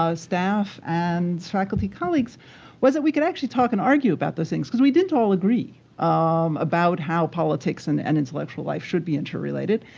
staff, and faculty colleagues was that we could actually talk and argue about those things. because we didn't all agree um about how politics and and intellectual life should be interrelated.